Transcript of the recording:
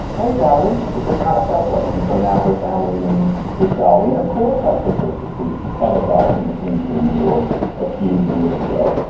hey, dolly, it's just kind of felt right. and so now her family name is dolly. and of course, i took her to see hello, dolly when it came through new york a few years ago.